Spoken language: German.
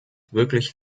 wirklich